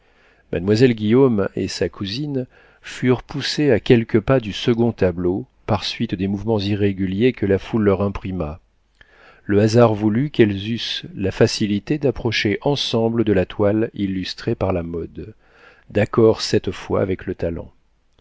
mademoiselle guillaume et sa cousine furent poussées à quelques pas du second tableau par suite des mouvements irréguliers que la foule leur imprima le hasard voulut qu'elles eussent la facilité d'approcher ensemble de la toile illustrée par la mode d'accord cette fois avec le talent